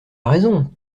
raison